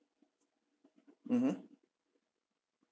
mmhmm